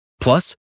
Plus